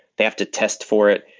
they have to test for it,